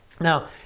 Now